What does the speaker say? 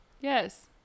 Yes